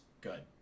Good